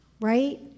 right